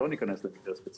שלא ניכנס כרגע למקרה ספציפי,